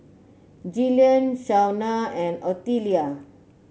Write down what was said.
Gillian Shawna and Ottilia